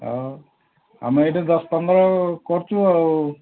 ହଉ ଆମେ ଏଇଠି ଦଶ ପନ୍ଦର କରୁଛୁ ଆଉ